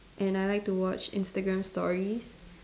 and I like to watch Instagram stories